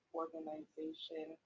organization